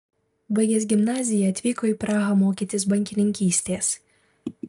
baigęs gimnaziją atvyko į prahą mokytis bankininkystės